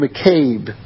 McCabe